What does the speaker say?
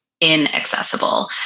inaccessible